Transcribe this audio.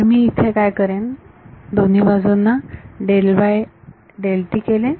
तर मी आता इथे काय करेन तर मी फक्त दोन्ही बाजूंना हे केले